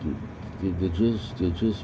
the~ they just they just